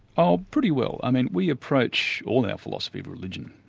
oh, pretty well. i mean we approach all our philosophy of religion,